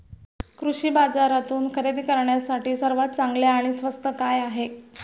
कृषी बाजारातून खरेदी करण्यासाठी सर्वात चांगले आणि स्वस्त काय आहे?